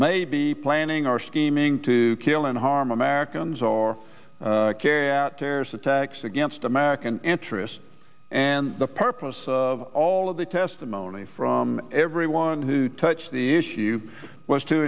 may be planning our scheming to kill and harm americans or carry out terrorist attacks against american interests and the purpose of all of the testimony from everyone who touched the issue you was to